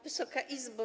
Wysoka Izbo!